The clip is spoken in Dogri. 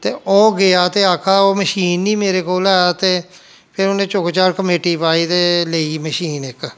ते ओह् गेआ ते आक्खा दा ओह् मशीन निं मेरे कोल है ते फिर उ'न्नै चुपचाप कमेटी पाई ते लेई मशीन इक